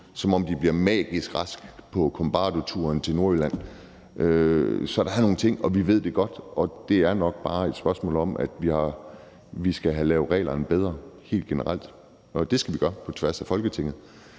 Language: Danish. som om de bliver magisk raske på Kombardo-turen til Nordjylland. Så der er nogle ting, og det ved vi godt, og det er nok bare et spørgsmål om, at vi skal have lavet reglerne bedre helt generelt, og det skal vi gøre på tværs af Folketinget,